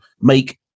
make